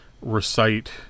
recite